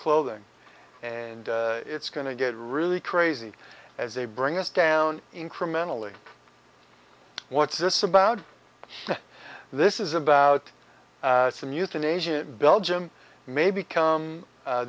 clothing and it's going to get really crazy as they bring us down incrementally what's this about this is about some euthanasia belgium may become